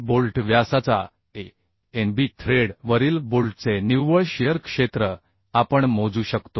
bolt व्यासाचा Anb thread वरील बोल्टचे निव्वळ शिअर क्षेत्र आपण मोजू शकतो